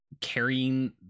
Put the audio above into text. carrying